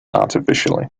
artificially